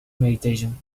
meditation